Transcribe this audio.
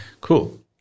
Cool